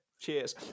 Cheers